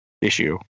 issue